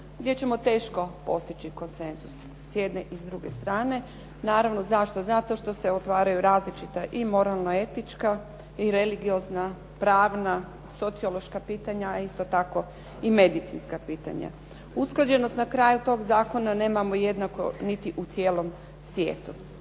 gdje ćemo teško postići konsenzus s jedne i s druge strane naravno. Zašto? Zato što se otvaraju različita i moralna, etička i religiozna, pravna, sociološka pitanja, a isto tako i medicinska pitanja. Usklađenost na kraju tog zakona nemamo jednako niti u cijelom svijetu.